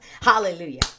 Hallelujah